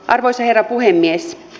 arvoisa herra puhemies